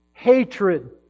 hatred